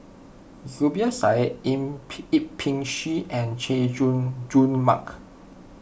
Zubir Said Yip Pin Xiu and Chay Jung Jun Mark